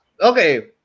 okay